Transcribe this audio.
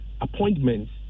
appointments